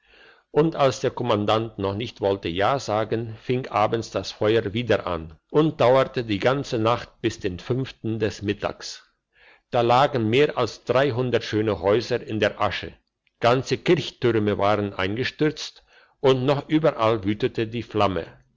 und als der kommandant noch nicht wollte ja sagen fing abends das feuer wieder an und dauerte die ganze nacht bis den fünften des mittags da lagen mehr als schöne häuser in der asche ganze kirchtürme waren eingestürzt und noch überall wütete die flamme